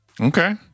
Okay